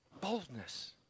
Boldness